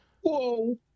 Whoa